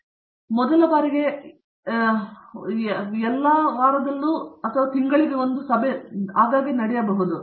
ಏಕೆಂದರೆ ಮೊದಲ ಬಾರಿಗೆ ಎಲ್ಲಾ ಇತರ ಸಮಯದಲ್ಲೂ ಸಹ ತಿಂಗಳಿಗೆ ಒಂದು ಸಭೆ ಆಗಾಗ್ಗೆ ನಡೆಯಬಹುದು